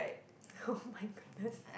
oh-my-goodness